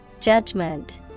Judgment